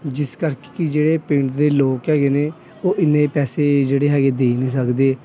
ਜਿਸ ਕਰਕੇ ਕਿ ਜਿਹੜੇ ਪਿੰਡ ਦੇ ਲੋਕ ਹੈਗੇ ਨੇ ਉਹ ਇੰਨੇ ਪੈਸੇ ਜਿਹੜੇ ਹੈਗੇ ਦੇ ਹੀ ਨਹੀਂ ਸਕਦੇ